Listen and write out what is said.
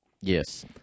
Yes